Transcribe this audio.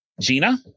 Gina